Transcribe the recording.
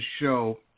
show